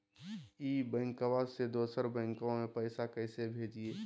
ई बैंकबा से दोसर बैंकबा में पैसा कैसे भेजिए?